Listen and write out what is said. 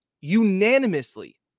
Unanimously